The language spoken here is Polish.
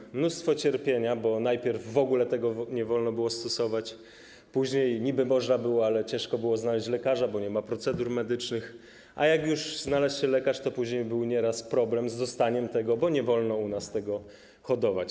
I mnóstwo cierpienia, bo najpierw w ogóle tego nie wolno było stosować, później niby można było, ale ciężko było znaleźć lekarza, bo nie ma procedur medycznych, a jak już znalazł się lekarz, to później był wielokrotnie problem z dostaniem tego, bo nie wolno u nas hodować.